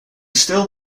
still